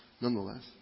nonetheless